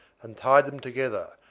and tied them together,